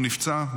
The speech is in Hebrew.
הוא נפצע,